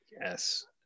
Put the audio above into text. Yes